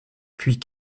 puis